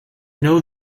know